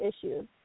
issues